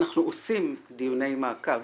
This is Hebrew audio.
אנחנו עושים דיוני מעקב.